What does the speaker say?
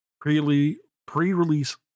pre-release